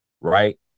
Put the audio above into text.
Right